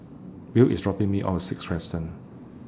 Will IS dropping Me off Sixth Crescent